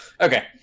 Okay